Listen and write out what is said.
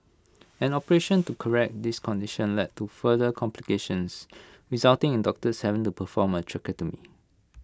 an operation to correct this condition led to further complications resulting in doctors having to perform A tracheotomy